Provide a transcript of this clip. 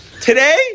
Today